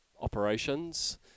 operations